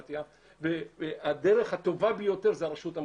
בשקף הבא אפשר לראות את החלק שלנו